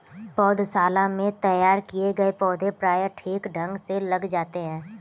पौधशाला में तैयार किए गए पौधे प्रायः ठीक ढंग से लग जाते हैं